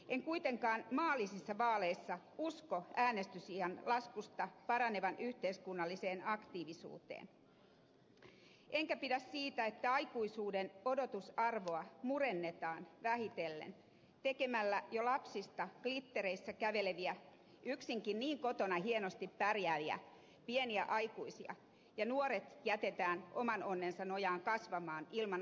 en kuitenkaan maallisissa vaaleissa usko äänestysiän laskun parantavan yhteiskunnallista aktiivisuutta enkä pidä siitä että aikuisuuden odotusarvoa murennetaan vähitellen tekemällä jo lapsista glittereissä käveleviä yksinkin kotona niin hienosti pärjääviä pieniä aikuisia ja nuoret jätetään oman onnensa nojaan kasvamaan ilman aikuisen mallia